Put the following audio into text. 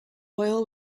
oil